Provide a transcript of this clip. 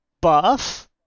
Buff